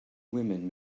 women